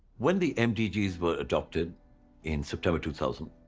when the mdgs were adopted in september two thousand,